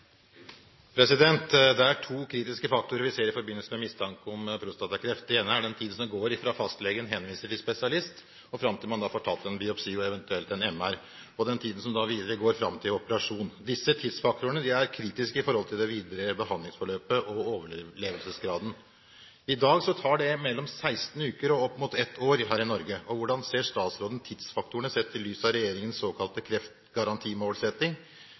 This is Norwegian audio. Gåsvatn. Det er to kritiske faktorer vi ser i forbindelse med mistanke om prostatakreft. Den ene er den tiden som går fra fastlegen henviser til spesialist og fram til man får tatt en biopsi og eventuelt en MR, og den andre er den tiden som går videre fram til operasjon. Disse tidsfaktorene er kritiske i forhold til det videre behandlingsforløpet og overlevelsesgraden. I dag tar det mellom 16 uker og opp mot ett år her i Norge. Hvordan ser statsråden på tidsfaktorene sett i lys av regjeringens såkalte